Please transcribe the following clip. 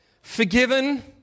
forgiven